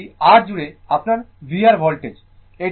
এবং এটি R জুড়ে আপনার vR ভোল্টেজ